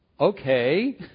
Okay